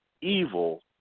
evil